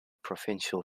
provincial